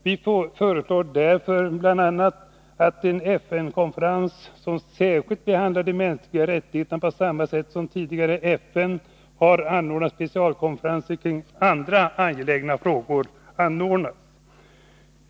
Vi föreslår därför bl.a., att en FN-konferens anordnas som särskilt behandlar de mänskliga rättigheterna, på samma sätt som FN tidigare har anordnat specialkonferenser kring andra angelägna frågor.